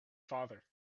father